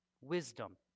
Wisdom